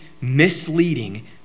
misleading